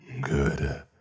Good